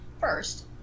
first